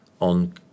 on